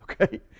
Okay